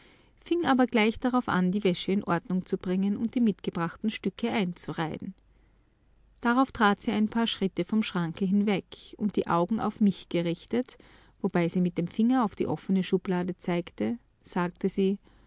fing aber gleich darauf an die wäsche in ordnung zu bringen und die mitgebrachten stücke einzureihen darauf trat sie ein paar schritte vom schranke hinweg und die augen auf mich gerichtet wobei sie mit dem finger auf die offene schublade zeigte sagte sie